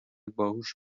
باهوش